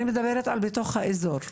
אני מדברת על בתוך האזור.